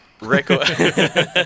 Record